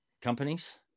companies